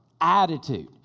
Attitude